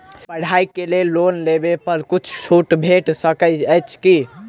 पढ़ाई केँ लेल लोन लेबऽ पर किछ छुट भैट सकैत अछि की?